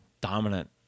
dominant